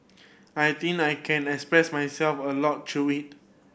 I think I can express myself a lot through it